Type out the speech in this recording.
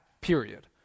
period